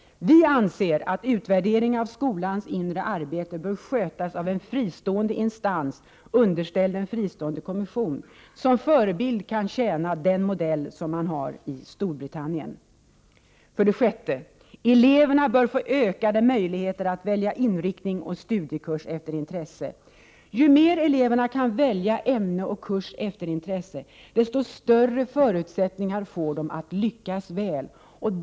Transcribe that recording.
Vi anser att utvärderingen av skolans inre arbete bör skötas av en fristående instans underställd en fristående kommission. Som förebild kan tjäna den modell man har i Storbritannien. 6. Eleverna bör få ökade möjligheter att välja inriktning och studiekurs efter intresse. Ju mer eleverna kan välja ämne och kurs efter intresse, desto större förutsättningar får de att lyckas väl.